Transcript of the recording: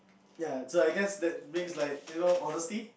ya so I guess that means like you know honesty